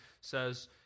says